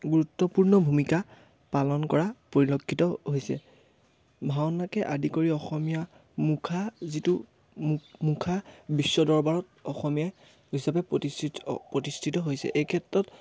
গুৰুত্বপূৰ্ণ ভূমিকা পালন কৰা পৰিলক্ষিত হৈছে ভাওনাকে আদি কৰি অসমীয়া মুখা যিটো মুখা বিশ্ব দৰবাৰত অসমীয়াই হিচাপে প্ৰতিষ্ঠিত প্ৰতিষ্ঠিত হৈছে এই ক্ষেত্ৰত